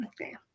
Okay